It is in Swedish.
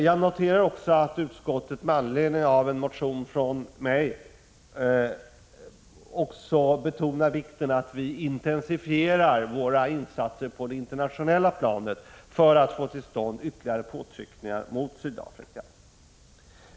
Jag noterar också att utskottet med anledning av en motion av mig Me och betonar vikten av att Sverige intensifierar insatserna på det internationella planet för att få till stånd ytterligare påtryckningar mot Sydafrika.